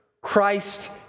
Christ